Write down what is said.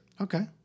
Okay